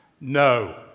No